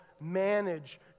manage